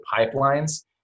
pipelines